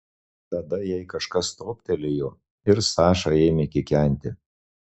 tada jai kažkas toptelėjo ir saša ėmė kikenti